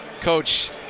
Coach